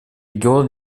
регион